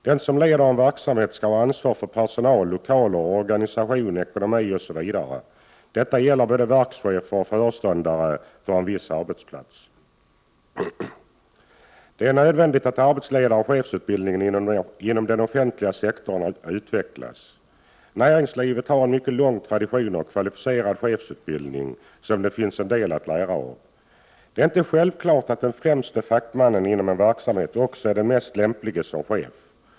Den som leder en verksamhet skall ha ansvar för personal, lokaler, organisation, ekonomi, osv. Detta gäller både verkschefer och föreståndare för en viss arbetsplats. Det är nödvändigt att arbetsledaroch chefsutbildningen inom den offentliga sektorn utvecklas. Näringslivet har en mycket lång tradition av kvalificerad chefsutbildning som det finns en del att lära av. Det är inte självklart att den främste fackmannen inom en verksamhet också är den mest lämpliga som chef.